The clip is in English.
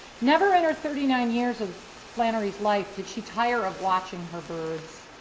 never in her thirty nine years of flannery's life, did she tire of watching her birds.